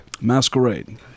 Masquerade